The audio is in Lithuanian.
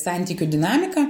santykių dinamiką